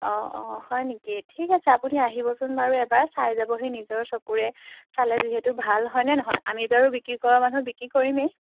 অঁ অঁ হয় নেকি ঠিক আছে আপুনি আহিবচোন বাৰু এবাৰ চাই যাবহি নিজৰ চকুৰে চালে যিহেতু ভাল হয়নে নহয় আমি বাৰু বিক্ৰী কৰা মানুহ বিক্ৰী কৰিমেই